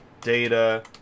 data